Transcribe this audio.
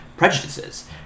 prejudices